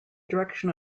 direction